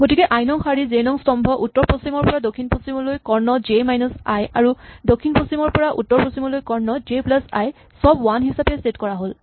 গতিকে আই নং শাৰী জে নং স্তম্ভ উত্তৰ পশ্চিমৰ পৰা দক্ষিণ পূবলৈ কৰ্ণ জে মাইনাচ আই আৰু দক্ষিণ পশ্চিমৰ পৰা উত্তৰ পশ্চিমলৈ কৰ্ণ জে প্লাচ আই চব ৱান হিচাপে ছেট কৰা হ'ল